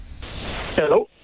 Hello